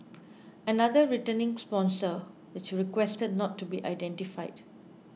another returning sponsor which requested not to be identified